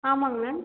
ஆமாங்க மேம்